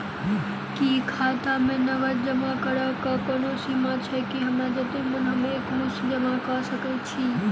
की खाता मे नगद जमा करऽ कऽ कोनो सीमा छई, की हमरा जत्ते मन हम एक मुस्त जमा कऽ सकय छी?